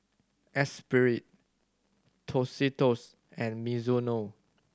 Esprit Tostitos and Mizuno